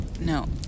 No